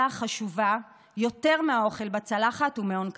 חשובה יותר מהאוכל בצלחת ומהון כלכלי.